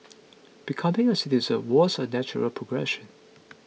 becoming a citizen was a natural progression